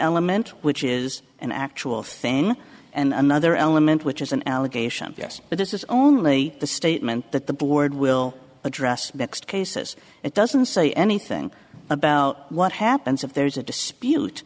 element which is an actual thing and another element which is an allegation yes but this is only the statement that the board will address that cases it doesn't say anything about what happens if there is a dispute